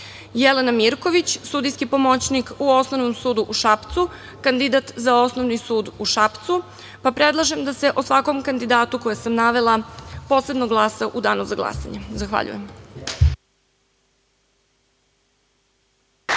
Jelena Mirković, sudijski pomoćnik u Osnovnom sudu u Šapcu, kandidat za Osnovni sud u Šapcu – pa predlažem da se o svakom kandidatu kojeg sam navela posebno glasa u danu za glasanje. Zahvaljujem.